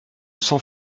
cent